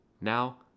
Now